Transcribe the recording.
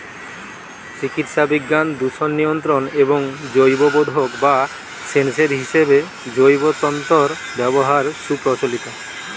চিকিৎসাবিজ্ঞান, দূষণ নিয়ন্ত্রণ এবং জৈববোধক বা সেন্সর হিসেবে জৈব তন্তুর ব্যবহার সুপ্রচলিত